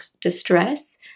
distress